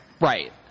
right